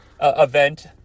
event